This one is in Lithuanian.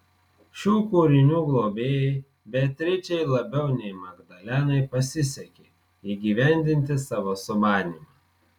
šių kūrinių globėjai beatričei labiau nei magdalenai pasisekė įgyvendinti savo sumanymą